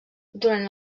durant